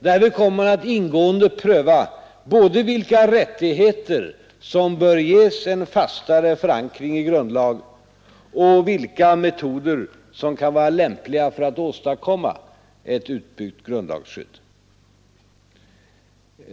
Därvid kommer man att ingående pröva både vilka rättigheter som bör ges en fastare förankring i grundlagen och vilka metoder som kan vara lämpliga för att åstadkomma ett utbyggt grundlagsskydd.